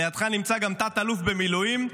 לידך נמצא גם תת-אלוף במילואים.